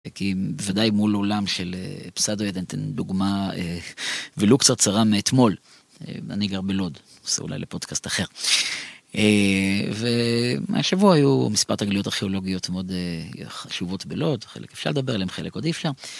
ודאי מול עולם של פסאודו-יונתן. אתן דוגמה ולו קצת צרה מאתמול. אני גר בלוד, נושא אולי לפודקאסט אחר, והשבוע היו מספרת תגליות ארכיאולוגיות מאוד חשובות בלוד, חלק אפשר לדבר עליהם חלק עוד אי אפשר.